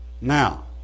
Now